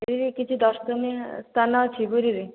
ପୁରୀରେ କିଛି ଦର୍ଶନୀୟସ୍ଥାନ ଅଛି ପୁରୀରେ